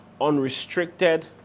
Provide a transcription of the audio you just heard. unrestricted